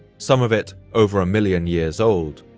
some of it over a million years old,